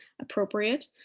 appropriate